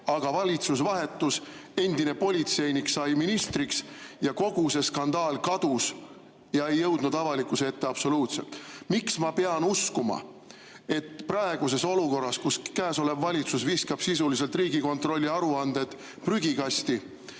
aga valitsus vahetus, endine politseinik sai ministriks ja kogu see skandaal kadus ega jõudnud avalikkuse ette. Miks ma peaksin uskuma, et praeguses olukorras, kui käesolev valitsus viskab Riigikontrolli aruanded sisuliselt